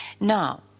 Now